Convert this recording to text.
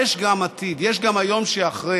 יש גם עתיד, יש גם היום שאחרי.